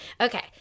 okay